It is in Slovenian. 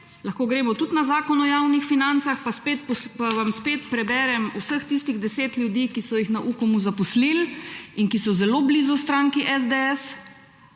lahko gremo tudi na Zakon o javnih financah, pa vam spet preberem vseh tistih deset ljudi, ki so jih na Ukomu zaposlili in ki so zelo blizu stranki SDS,